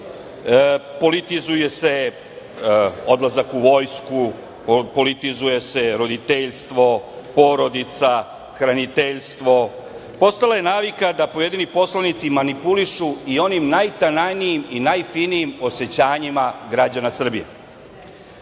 Politizuje se odlazak u vojsku, politizuje se roditeljstvo, porodica, hraniteljstvo. Postala je navika da pojedini poslanici manipulišu i onim najtananijim i najfinijim osećanjima građana Srbije,